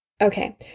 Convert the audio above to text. Okay